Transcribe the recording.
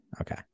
Okay